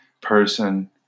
person